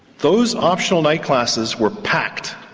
those optional night classes were packed.